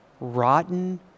rotten